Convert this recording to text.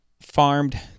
farmed